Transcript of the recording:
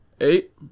eight